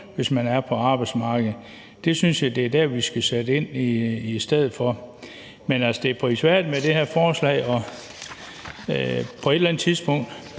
hvis man er på arbejdsmarkedet. Vi synes, det er der, vi skal sætte ind i stedet for. Men altså, det er prisværdigt at have fremsat det her forslag, og på et eller andet tidspunkt